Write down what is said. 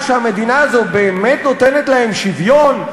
שהמדינה הזאת באמת נותנת להם שוויון,